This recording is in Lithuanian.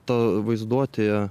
ta vaizduotėje